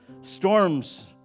Storms